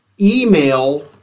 email